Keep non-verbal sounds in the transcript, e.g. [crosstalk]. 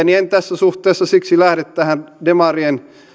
[unintelligible] niin en tässä suhteessa siksi lähde tähän demarien